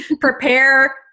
prepare